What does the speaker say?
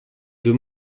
deux